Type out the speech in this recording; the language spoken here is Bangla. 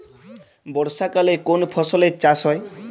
বর্ষাকালে কোন ফসলের চাষ হয়?